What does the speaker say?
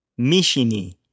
Mishini